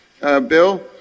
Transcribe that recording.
bill